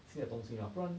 新的东西啊不然